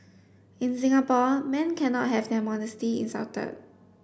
in Singapore men cannot have their modesty insulted